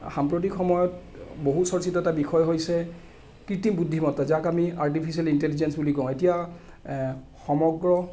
সাম্প্ৰতিক সময়ত বহু চৰ্চিত এটা বিষয় হৈছে কৃত্ৰিম বুদ্ধিমত্তা যাক আমি আৰ্টিফিচিয়েল ইণ্টেলিজেঞ্চ বুলি কওঁ এতিয়া সমগ্ৰ